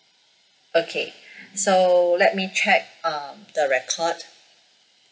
okay so let me check um the record